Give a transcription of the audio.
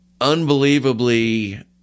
unbelievably